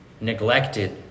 neglected